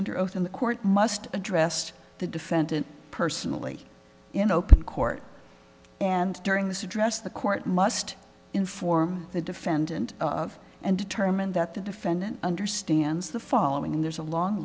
under oath in the court must address to the defendant personally in open court and during this address the court must inform the defendant and determine that the defendant understands the following there's a long